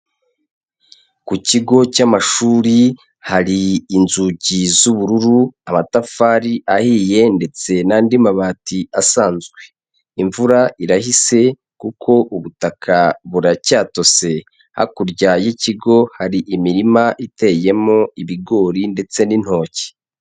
Ku kigo cy'amashuri hari inzugi z'ubururu, amatafari ahiye ndetse n'andi mabati asanzwe, imvura irahise kuko ubutaka buracyatose. Hakurya y'ikigo hari imirima iteyemo ibigori ndetse n'intoki.